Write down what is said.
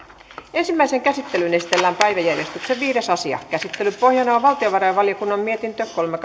ensimmäiseen käsittelyyn esitellään päiväjärjestyksen viides asia käsittelyn pohjana on valtiovarainvaliokunnan mietintö kolme